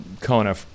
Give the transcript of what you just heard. Kona